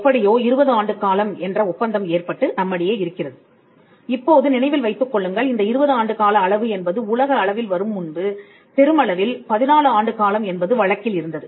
எப்படியோ 20 ஆண்டுகாலம் என்ற ஒப்பந்தம் ஏற்பட்டு நம்மிடையே இருக்கிறது இப்போது நினைவில் வைத்துக் கொள்ளுங்கள் இந்த 20 ஆண்டு கால அளவு என்பது உலக அளவில் வரும் முன்பு பெருமளவில் 14 ஆண்டுகாலம் என்பது வழக்கில் இருந்தது